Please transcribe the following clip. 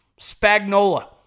Spagnola